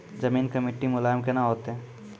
जमीन के मिट्टी मुलायम केना होतै?